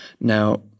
Now